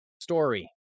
Story